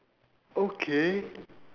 okay